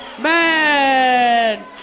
Man